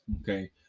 okay